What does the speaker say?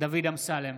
דוד אמסלם,